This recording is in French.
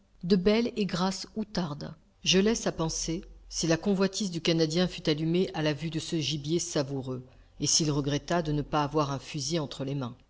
de belles et grasses outardes je laisse à penser si la convoitise du canadien fut allumée à la vue de ce gibier savoureux et s'il regretta de ne pas avoir un fusil entre ses mains